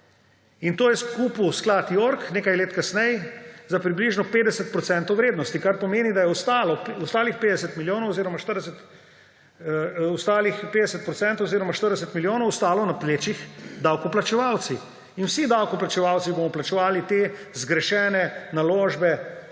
To je kupil sklad York nekaj let kasneje za približno 50 % vrednosti, kar pomeni, da je ostalih 50 % oziroma 40 milijonov ostalo na plečih davkoplačevalcev. In vsi davkoplačevalci bomo plačevali te zgrešene naložbe